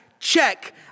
Check